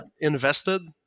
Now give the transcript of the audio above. invested